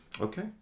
Okay